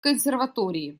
консерватории